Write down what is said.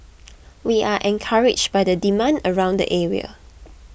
we are encouraged by the demand around the area